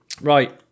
Right